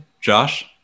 Josh